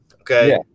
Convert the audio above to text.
Okay